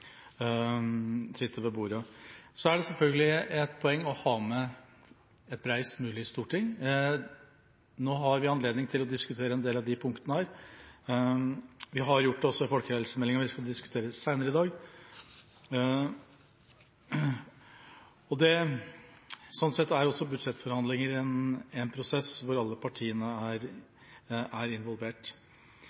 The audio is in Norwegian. sitter ved bordet. Det er selvfølgelig et poeng å ha med et bredest mulig flertall i Stortinget. Nå har vi anledning til å diskutere en del av disse punktene. Vi har gjort det også ved behandlingen av folkehelsemeldingen vi skal diskutere senere i dag. Budsjettforhandlinger er også en prosess hvor alle partiene er involvert. Men igjen – jeg vil rose Kristelig Folkeparti for at de er